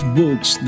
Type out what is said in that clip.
books